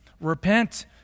Repent